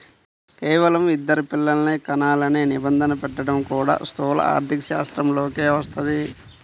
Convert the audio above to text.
కేవలం ఇద్దరు పిల్లలనే కనాలనే నిబంధన పెట్టడం కూడా స్థూల ఆర్థికశాస్త్రంలోకే వస్తది